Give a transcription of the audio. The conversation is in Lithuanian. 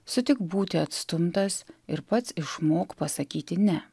sutik būti atstumtas ir pats išmok pasakyti ne